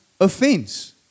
offense